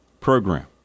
program